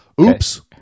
Oops